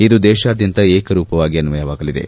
ಇದು ದೇಶಾದ್ಯಂತ ಏಕರೂಪವಾಗಿ ಅನ್ವಯವಾಗಲಿದೆ